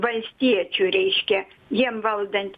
valstiečių reiškia jiem valdant